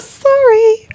Sorry